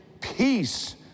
peace